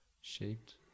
shaped